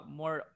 more